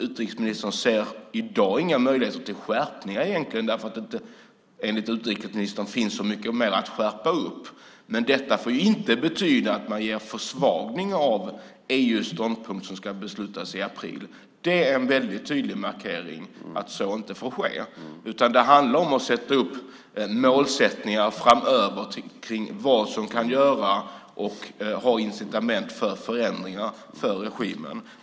Utrikesministern ser i dag inga möjligheter till skärpningar därför att det enligt utrikesministern inte finns så mycket mer att skärpa. Detta får inte betyda att det blir en försvagning av EU:s ståndpunkt som ska beslutas i april. Det är en väldigt tydlig markering att så inte får ske. Det handlar om att sätta upp mål framöver kring vad som kan göras och ha incitament för förändringar för regimen.